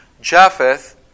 Japheth